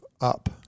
up